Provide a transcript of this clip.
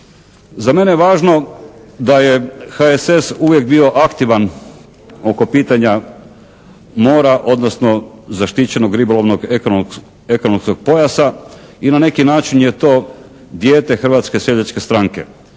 Za mene je važno da je HSS uvijek bio aktivan oko pitanja mora odnosno zaštićenog ribolovnog ekonomskog pojasa i na neki način je to dijete Hrvatske seljačke stranke.